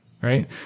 Right